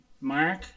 Mark